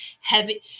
heavy